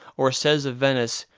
or says of venice,